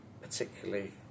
particularly